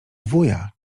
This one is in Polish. wuja